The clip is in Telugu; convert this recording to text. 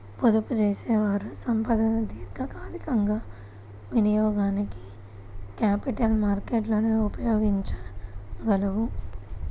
పొదుపుచేసేవారి సంపదను దీర్ఘకాలికంగా వినియోగానికి క్యాపిటల్ మార్కెట్లు ఉపయోగించగలవు